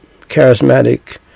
charismatic